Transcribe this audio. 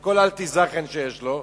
את כל האלטע-זאכן שיש לו,